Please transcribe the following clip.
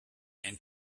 and